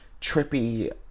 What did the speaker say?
trippy